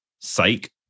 psych